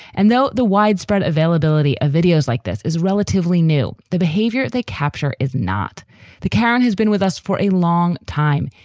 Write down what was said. and though the widespread availability of videos like this is relatively new, the behavior they capture is not the karen who's been with us for a long time,